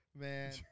man